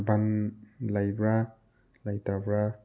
ꯕꯟ ꯂꯩꯕ꯭ꯔꯥ ꯂꯩꯇꯕ꯭ꯔꯥ